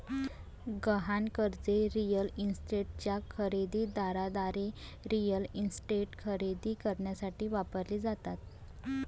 गहाण कर्जे रिअल इस्टेटच्या खरेदी दाराद्वारे रिअल इस्टेट खरेदी करण्यासाठी वापरली जातात